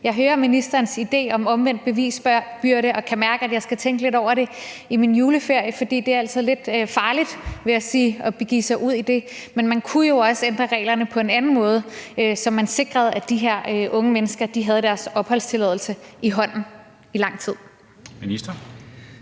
Jeg hører ministerens idé om en omvendt bevisbyrde og kan mærke, at jeg skal tænke lidt over det i min juleferie, for det er altså lidt farligt, vil jeg sige, at begive sig ud i det. Men man kunne jo også ændre reglerne på en anden måde, så man sikrede, at de her unge mennesker havde deres opholdstilladelse i hånden i lang tid. Kl.